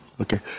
Okay